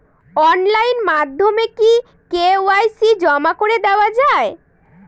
Online মাধ্যমে কি KYC জমা করে দেওয়া য়ায়?